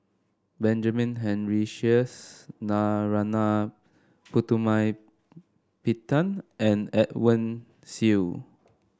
Benjamin Henry Sheares Narana Putumaippittan and Edwin Siew